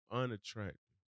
unattractive